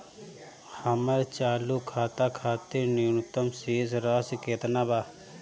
हमर चालू खाता खातिर न्यूनतम शेष राशि केतना बा?